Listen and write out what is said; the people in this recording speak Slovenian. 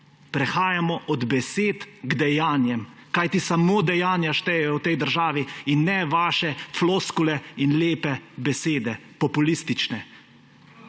Prehajamo od besed k dejanjem, kajti samo dejanja štejejo v tej državi in ne vaše floskule in lepe besede, populistične.